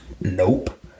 nope